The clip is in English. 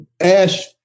ash